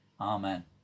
Amen